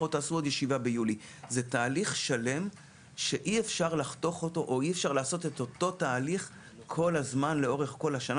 זה תהליך שלם ואי אפשר לעשות אותו כל הזמן לאורך כל השנה.